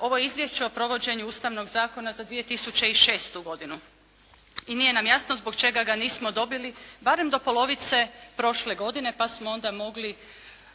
ovo je izvješće o provođenju Ustavnog zakona za 2006. godinu. I nije nam jasno zbog čega ga nismo dobili barem do polovice prošle godine pa smo onda mogli